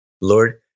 Lord